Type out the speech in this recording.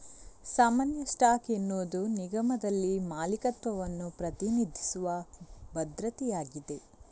ಸಾಮಾನ್ಯ ಸ್ಟಾಕ್ ಎನ್ನುವುದು ನಿಗಮದಲ್ಲಿ ಮಾಲೀಕತ್ವವನ್ನು ಪ್ರತಿನಿಧಿಸುವ ಭದ್ರತೆಯಾಗಿದೆ